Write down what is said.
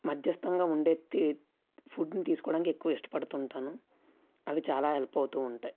మధ్యస్థంగా ఉండే ఫుడ్ని తీసుకోవడానికి ఎక్కువ ఇష్టపడుతూ ఉంటాను అవి చాలా హెల్ప్ అవుతూ ఉంటాయి